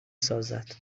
سازد